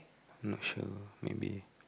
no sure maybe